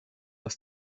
aus